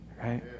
right